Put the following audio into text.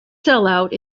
sellout